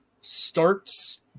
starts